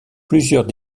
plusieurs